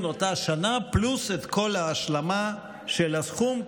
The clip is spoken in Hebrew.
אותה שנה פלוס את כל ההשלמה של הסכום,